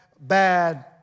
bad